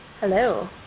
Hello